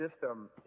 system